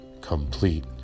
complete